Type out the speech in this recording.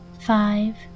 five